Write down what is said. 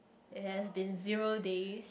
it has been zero days